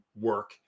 work